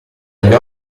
agli